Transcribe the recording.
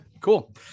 cool